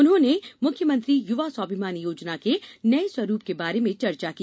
उन्होंने मुख्यमंत्री युवा स्वाभिमान योजना के नये स्वरूप के बारे में चर्चा की